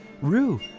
Rue